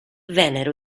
vennero